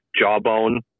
jawbone